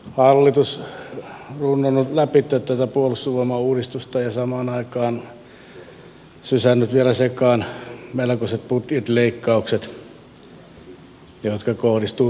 hallitus on runnonut läpi tätä puolustusvoimauudistusta ja samaan aikaan sysännyt vielä sekaan melkoiset budjettileikkaukset jotka kohdistuvat erityisesti puolustusmateriaalihankintoihin